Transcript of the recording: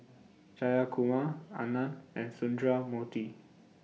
Jayakumar Anand and Sundramoorthy